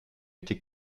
été